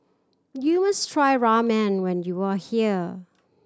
you must try Ramen when you are here